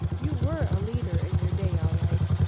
you were a leader in your day all right,